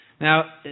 Now